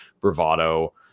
bravado